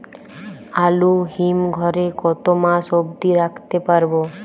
আলু হিম ঘরে কতো মাস অব্দি রাখতে পারবো?